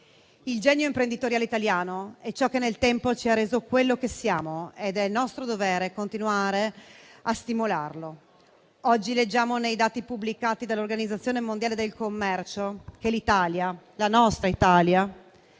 Il genio imprenditoriale italiano è ciò che nel tempo ci ha reso quello che siamo ed è nostro dovere continuare a stimolarlo. Oggi leggiamo nei dati pubblicati dall'Organizzazione mondiale del commercio che l'Italia, la nostra Italia,